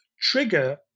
trigger